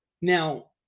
Now